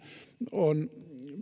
on